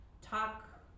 talk